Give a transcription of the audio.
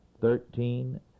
Thirteen